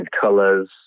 colors